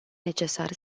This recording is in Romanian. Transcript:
necesar